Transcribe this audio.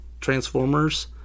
transformers